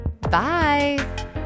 Bye